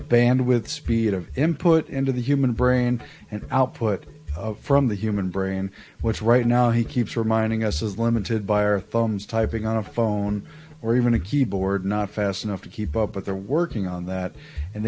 band with speed of input into the human brain an output from the human brain which right now he keeps reminding us is limited by our thumbs typing on a phone or even a keyboard not fast enough to keep up but they're working on that and